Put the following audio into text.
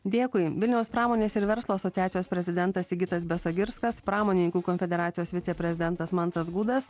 dėkui vilniaus pramonės ir verslo asociacijos prezidentas sigitas besagirskas pramonininkų konfederacijos viceprezidentas mantas gudas